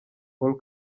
paul